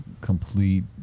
complete